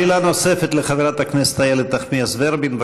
שאלה נוספת לחברת הכנסת איילת נחמיאס ורבין.